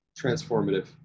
transformative